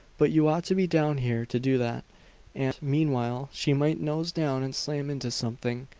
but you ought to be down here to do that and, meanwhile, she might nose down and slam into something,